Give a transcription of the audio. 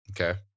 Okay